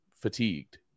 fatigued